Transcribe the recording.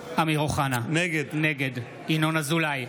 אמיר אוחנה, נגד ינון אזולאי,